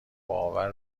باور